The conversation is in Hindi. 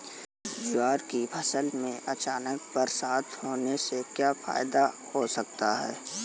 ज्वार की फसल में अचानक बरसात होने से क्या फायदा हो सकता है?